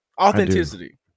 authenticity